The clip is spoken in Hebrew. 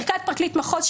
ארכת פרקליט מחוז,